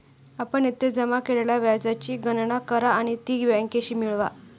आपण येथे जमा केलेल्या व्याजाची गणना करा आणि ती बँकेशी मिळवा